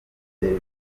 bihora